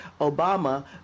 Obama